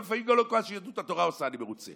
גם לפעמים לא מכל מה שיהדות התורה עושה אני מרוצה,